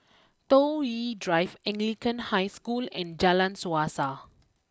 Toh Yi Drive Anglican High School and Jalan Suasa